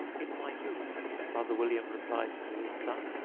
in my youth father william replied to his son,